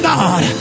God